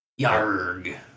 Yarg